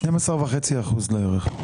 ושל נשיאת בית משפט עליון.